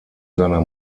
seiner